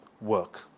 work